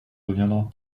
reviendra